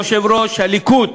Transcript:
יושב-ראש הליכוד,